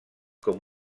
com